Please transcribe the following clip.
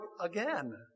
again